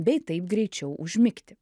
bei taip greičiau užmigti